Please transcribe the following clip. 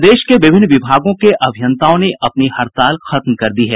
प्रदेश के विभिन्न विभागों के अभियंताओं की हड़ताल खत्म हो गयी है